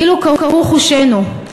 כאילו קהו חושינו?